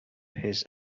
his